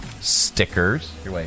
Stickers